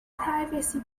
privacy